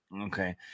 Okay